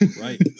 Right